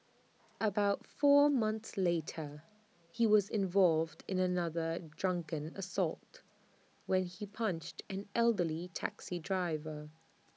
about four months later he was involved in another drunken assault when he punched an elderly taxi driver